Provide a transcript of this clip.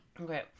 Okay